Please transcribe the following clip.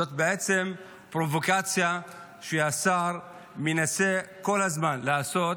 זאת בעצם פרובוקציה שהשר מנסה כל הזמן לעשות